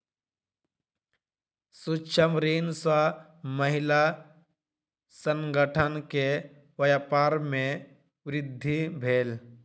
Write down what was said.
सूक्ष्म ऋण सॅ महिला संगठन के व्यापार में वृद्धि भेल